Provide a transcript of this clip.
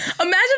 Imagine